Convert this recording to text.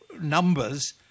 numbers